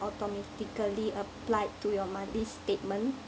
automatically applied to your monthly statement